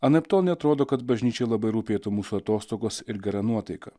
anaiptol neatrodo kad bažnyčiai labai rūpėtų mūsų atostogos ir gera nuotaika